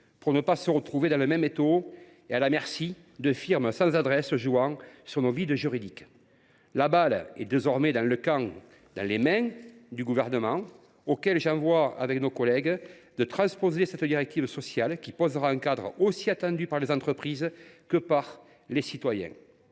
nous ne nous retrouvions pas dans le même étau et à la merci de firmes sans adresse jouant sur nos vides juridiques. La balle est désormais dans le camp du Gouvernement, à qui j’enjoins, avec nos collègues, de transposer cette directive sociale, qui posera un cadre attendu tant par les entreprises que par les citoyens.